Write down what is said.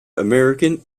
american